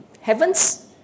heavens